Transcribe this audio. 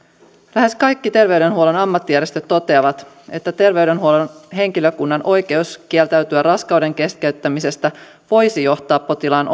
lähes kaikki terveydenhuollon ammattijärjestöt toteavat että terveydenhuollon henkilökunnan oikeus kieltäytyä raskauden keskeyttämisestä voisi johtaa potilaan